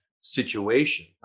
situation